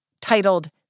titled